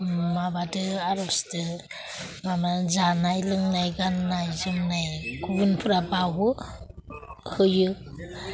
माबाजों आर'जजों माबा जानाय लोंनाय गान्नाय जोमनाय गुबुनफोरा बावो होयो